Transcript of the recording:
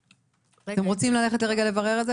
(1 במרס 2022). מי בעד צו התכנית לסיוע כלכלי,